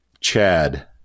Chad